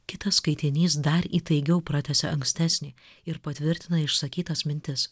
kitas skaitinys dar įtaigiau pratęsia ankstesnį ir patvirtina išsakytas mintis